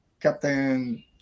Captain